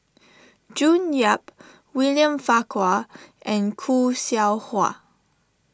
June Yap William Farquhar and Khoo Seow Hwa